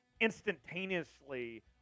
instantaneously